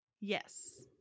yes